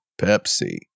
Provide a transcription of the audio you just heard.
Pepsi